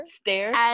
Stairs